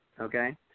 okay